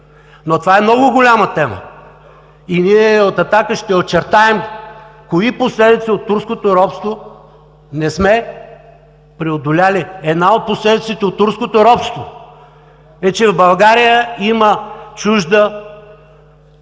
Това е много голяма тема! Ние от „Атака“ ще очертаем кои последици от турското робство не сме преодолели. Една от последиците е, че в България има чужда,